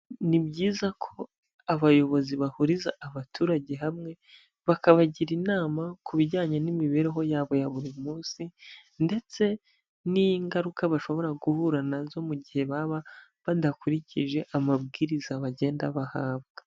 Ni byiza ko abayobozi bahuriza abaturage hamwe, bakabagira inama ku bijyanye n'imibereho yabo ya buri munsi ndetse n'ingaruka bashobora guhura na zo mu gihe baba badakurikije amabwiriza bagenda bahabwa.